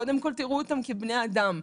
קודם כל תראו אותם כבני אדם.